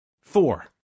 Four